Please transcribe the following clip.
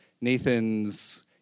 Nathan's